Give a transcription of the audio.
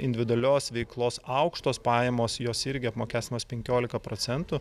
individualios veiklos aukštos pajamos jos irgi apmokestinamos penkiolika procentų